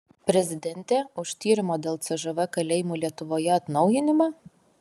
prezidentė už tyrimo dėl cžv kalėjimų lietuvoje atnaujinimą